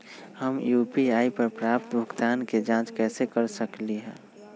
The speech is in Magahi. हम यू.पी.आई पर प्राप्त भुगतान के जाँच कैसे कर सकली ह?